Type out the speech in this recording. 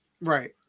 Right